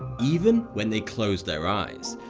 even when they closed their eyes.